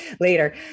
later